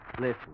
Listen